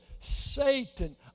Satan